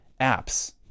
apps